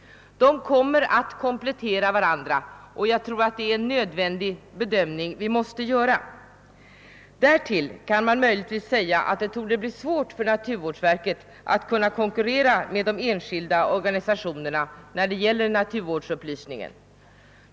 De kommer att komplettera varandra. Det tror jag är en nödvändig bedömning, som vi måste göra. Till detta kan man naturligtvis säga att det torde bli svårt för naturvårdsverket att konkurrera med de enskilda organisationerna när det gäller naturvårdsupplysning.